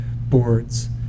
boards